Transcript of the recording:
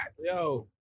Yo